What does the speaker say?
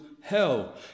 hell